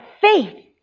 faith